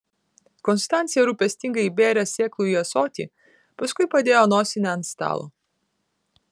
konstancija rūpestingai įbėrė sėklų į ąsotį paskui padėjo nosinę ant stalo